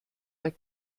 der